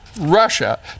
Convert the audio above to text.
Russia